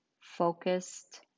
focused